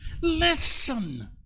listen